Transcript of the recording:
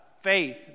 faith